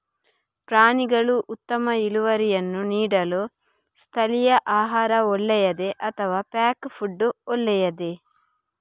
ಪ್ರಾಣಿಗಳು ಉತ್ತಮ ಇಳುವರಿಯನ್ನು ನೀಡಲು ಸ್ಥಳೀಯ ಆಹಾರ ಒಳ್ಳೆಯದೇ ಅಥವಾ ಪ್ಯಾಕ್ ಫುಡ್ ಒಳ್ಳೆಯದೇ?